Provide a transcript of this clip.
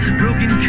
broken